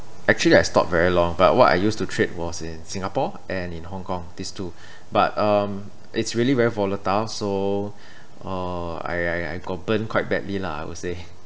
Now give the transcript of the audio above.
actually I stopped very long but what I used to trade was in Singapore and in Hong Kong these two but um it's really very volatile so uh I I I got burn quite badly lah I would say